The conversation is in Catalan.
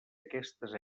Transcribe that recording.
aquestes